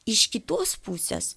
iš kitos pusės